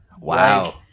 wow